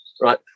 right